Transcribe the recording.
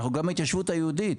גם ההתיישבות היהודית.